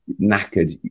knackered